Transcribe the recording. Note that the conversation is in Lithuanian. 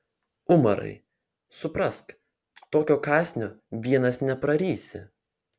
umarai suprask tokio kąsnio vienas neprarysi